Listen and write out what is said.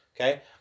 Okay